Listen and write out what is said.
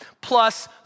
plus